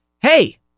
hey